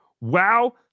Wow